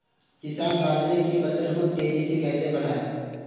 किसान बाजरे की फसल को तेजी से कैसे बढ़ाएँ?